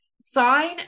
sign